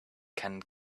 can